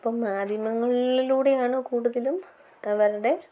അപ്പം മാധ്യമങ്ങളിലൂടെയാണ് കൂടുതലും അവരുടെ